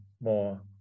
more